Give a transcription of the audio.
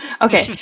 Okay